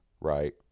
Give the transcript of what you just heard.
right